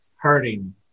hurting